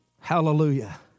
Hallelujah